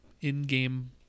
in-game